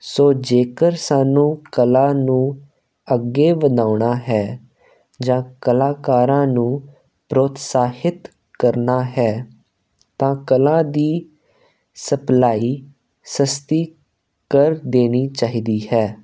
ਸੋ ਜੇਕਰ ਸਾਨੂੰ ਕਲਾ ਨੂੰ ਅੱਗੇ ਵਧਾਉਣਾ ਹੈ ਜਾਂ ਕਲਾਕਾਰਾਂ ਨੂੰ ਪ੍ਰੋਤਸਾਹਿਤ ਕਰਨਾ ਹੈ ਤਾਂ ਕਲਾ ਦੀ ਸਪਲਾਈ ਸਸਤੀ ਕਰ ਦੇਣੀ ਚਾਹੀਦੀ ਹੈ